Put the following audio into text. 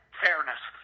fairness